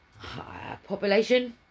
Population